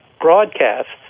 broadcasts